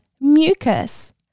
mucus